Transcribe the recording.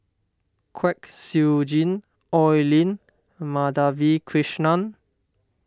Kwek Siew Jin Oi Lin Madhavi Krishnan